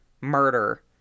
murder